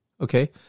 Okay